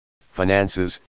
finances